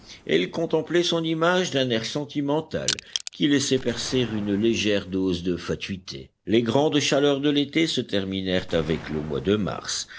et il contemplait son image d'un air sentimental qui laissait percer une légère dose de fatuité les grandes chaleurs de l'été se terminèrent avec le mois de mars